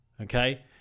okay